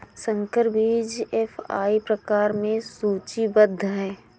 संकर बीज एफ.आई प्रकार में सूचीबद्ध है